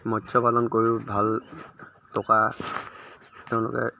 মৎস্য পালন কৰিও ভাল টকা তেওঁলোকে